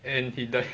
and he die